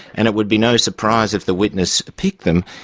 and it would be no surprise if the witness picked them,